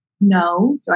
No